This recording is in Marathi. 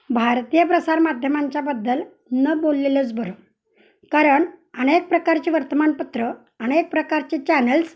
भारतीय प्रसारमाध्यमांच्या बद्दल न बोललेलंच बरं कारण अनेक प्रकारची वर्तमानपत्रं अनेक प्रकारचे चॅनल्स